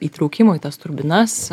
įtraukimo į tas turbinas